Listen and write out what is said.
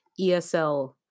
ESL